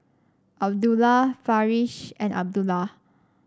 Abdullah Farish and Abdullah